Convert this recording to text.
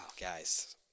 guys